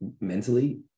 mentally